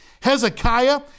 Hezekiah